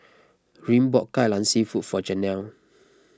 Ryne bought Kai Lan Seafood for Janelle